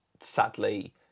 sadly